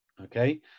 Okay